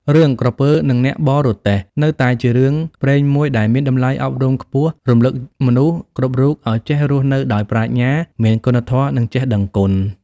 រឿង "ក្រពើនឹងអ្នកបរទេះ" នៅតែជារឿងព្រេងមួយដែលមានតម្លៃអប់រំខ្ពស់ រំឭកមនុស្សគ្រប់រូបឲ្យចេះរស់នៅដោយប្រាជ្ញា មានគុណធម៌ និងចេះដឹងគុណ។